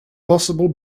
possible